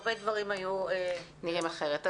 הרבה דברים היו נראים אחרת.